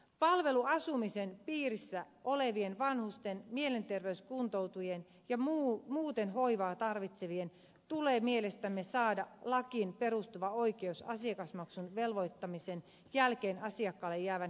palveluasumisen piirissä olevien vanhusten mielenterveyskuntoutujien ja muuten hoivaa tarvitsevien tulee mielestämme saada lakiin perustuva oikeus asiakasmaksun velvoittamisen jälkeen asiakkaalle jäävään henkilökohtaiseen käyttövaraan